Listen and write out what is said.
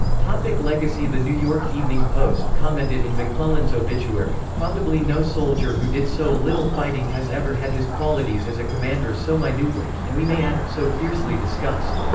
like legacy the new york evening post commented in mcclellan's obituary, probably no soldier who did so little fighting has ever had his qualities as a commander so minutely, and we may add, so fiercely discussed.